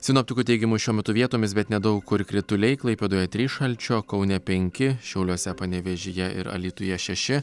sinoptikų teigimu šiuo metu vietomis bet nedaug kur krituliai klaipėdoje trys šalčio kaune penki šiauliuose panevėžyje ir alytuje šeši